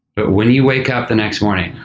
but when you wake up the next morning,